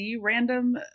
random